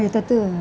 एतत्